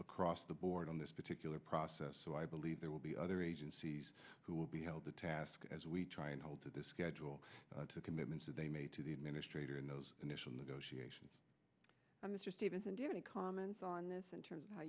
across the board on this particular process so i believe there will be other agencies who will be held to task as we try and hold to the schedule the commitments that they made to the administrator in those initial negotiations and this just isn't do any comments on this in terms of how